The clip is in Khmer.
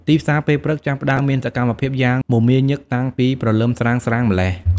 ទីផ្សារពេលព្រឹកចាប់ផ្ដើមមានសកម្មភាពយ៉ាងមមាញឹកតាំងពីព្រលឹមស្រាងៗម៉្លេះ។